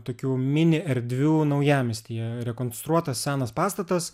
tokių mini erdvių naujamiestyje rekonstruotas senas pastatas